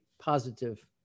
positive